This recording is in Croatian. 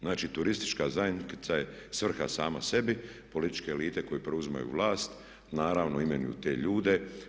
Znači, Turistička zajednica je svrha sama sebi, političke elite koje preuzimaju vlast naravno imenuju te ljude.